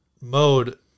mode